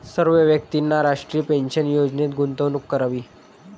सर्व व्यक्तींनी राष्ट्रीय पेन्शन योजनेत गुंतवणूक करावी